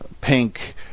Pink